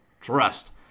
trust